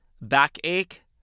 backache